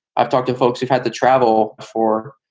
i've talked to folks who've had to travel for,